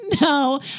No